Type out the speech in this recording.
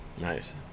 nice